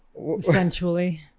Essentially